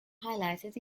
highlighted